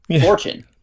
Fortune